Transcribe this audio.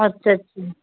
अछा अछा